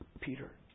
Peter